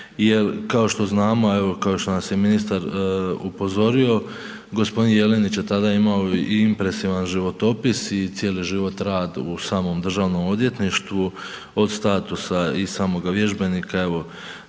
kao što znamo, evo kao što nas je i ministar upozorio g. Jelenić je tada imao i impresivan životopis i cijeli život, rad u samom državnom odvjetništvu, od statusa i samoga vježbenika,